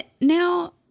Now